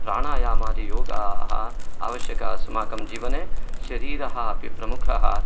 प्राणायामादि योगाः आवश्यकः अस्माकं जीवने शरीरः अपि प्रमुखः